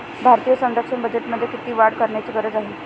भारतीय संरक्षण बजेटमध्ये किती वाढ करण्याची गरज आहे?